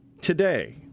today